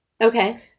Okay